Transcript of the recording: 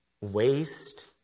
waste